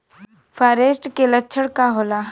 फारेस्ट के लक्षण का होला?